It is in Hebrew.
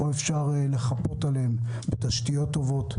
או לחפות עליהן בתשתיות טובות.